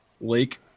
Lake